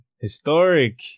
Historic